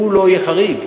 הוא לא יהיה חריג.